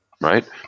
Right